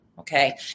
Okay